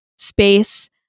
space